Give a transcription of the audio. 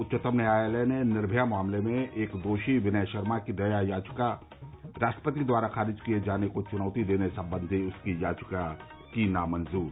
उच्चतम न्यायालय ने निर्भया मामले में एक दोषी विनय शर्मा की दया याचिका राष्ट्रपति द्वारा खारिज किए जाने को चुनौती देने संबंधी उसकी याचिका की नामंजूर